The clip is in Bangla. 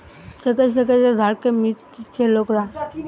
থেকে থেকে যে ধারকে মিটতিছে লোকরা